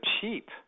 cheap